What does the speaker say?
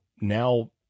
now